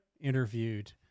interviewed